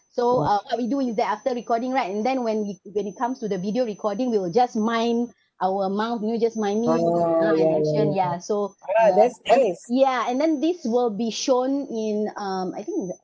so uh what we do is that after recording right and then when we when it comes to the video recording we will just mime our mouth you know just miming now I mention ya so that is ya and then this will be shown in um I think